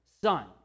Son